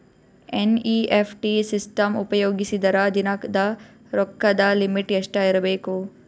NEFT system ಉಪಯೋಗಿಸಿದರ ದಿನದ ರೊಕ್ಕದ ಲಿಮಿಟ್ ಎಷ್ಟ ಇರಬೇಕು?